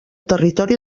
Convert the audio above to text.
territori